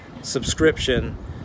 subscription